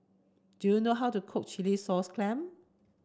do you know how to cook Chilli sauce clam